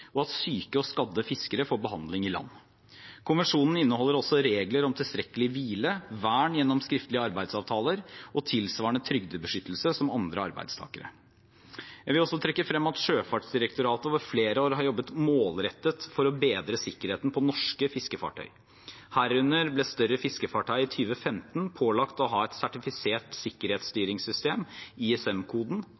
og at syke og skadde fiskere får behandling i land. Konvensjonen inneholder også regler om tilstrekkelig hvile, vern gjennom skriftlige arbeidsavtaler og tilsvarende trygdebeskyttelse som andre arbeidstakere. Jeg vil også trekke frem at Sjøfartsdirektoratet over flere år har jobbet målrettet for å bedre sikkerheten på norske fiskefartøy. Herunder ble større fiskefartøy i 2015 pålagt å ha et sertifisert